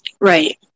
Right